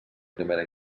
primera